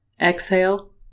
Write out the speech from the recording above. exhale